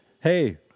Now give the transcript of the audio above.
Hey